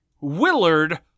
Willard